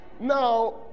now